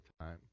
time